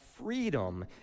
freedom